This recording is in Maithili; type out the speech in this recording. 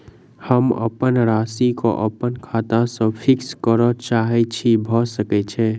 हम अप्पन राशि केँ अप्पन खाता सँ फिक्स करऽ चाहै छी भऽ सकै छै?